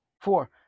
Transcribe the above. Four